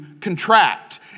contract